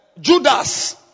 Judas